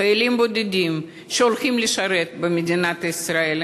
חיילים בודדים שהולכים לשרת במדינת ישראל.